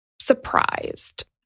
surprised